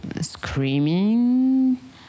screaming